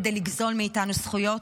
כדי לגזול מאיתנו זכויות?